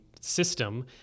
system